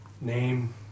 Name